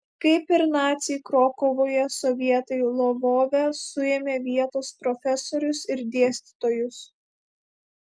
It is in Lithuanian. kaip ir naciai krokuvoje sovietai lvove suėmė vietos profesorius ir dėstytojus